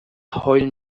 heulen